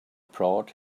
brought